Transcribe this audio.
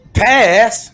pass